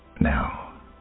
Now